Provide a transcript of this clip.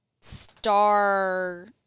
star